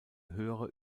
höhere